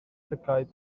llygaid